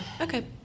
Okay